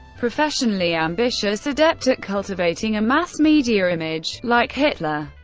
professionally ambitious, adept at cultivating a mass media image. like hitler.